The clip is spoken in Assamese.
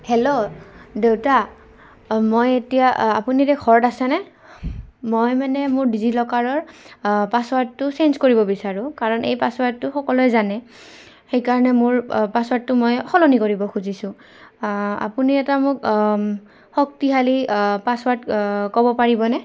হেল্ল' দেউতা মই এতিয়া আপুনি এতিয়া ঘৰত আছেনে মই মানে মোৰ ডিজিলকাৰৰ পাছৱাৰ্ডটো চেঞ্জ কৰিব বিচাৰোঁ কাৰণ এই পাছৱাৰ্ডটো সকলোৱে জানে সেইকাৰণে মোৰ পাছৱাৰ্ডটো মই সলনি কৰিব খুজিছোঁ আপুনি এটা মোক শক্তিশালী পাছৱাৰ্ড ক'ব পাৰিবনে